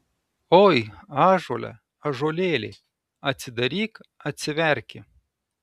oi ąžuole ąžuolėli atsidaryk atsiverki